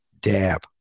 dab